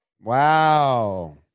Wow